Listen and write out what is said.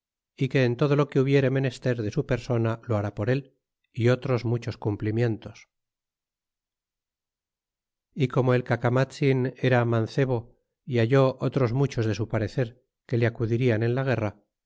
é que en todo lo que hubiere menester de su persona lo hará por él é otros muchos cumplimientos como el cacarnatzin era mancebo y halló otros muchos de su parecer que le acudirían enla guerra